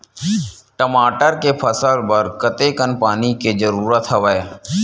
टमाटर के फसल बर कतेकन पानी के जरूरत हवय?